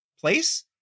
place